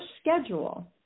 schedule